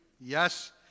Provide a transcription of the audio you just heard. Yes